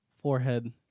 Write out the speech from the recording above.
forehead